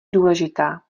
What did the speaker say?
důležitá